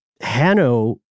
Hanno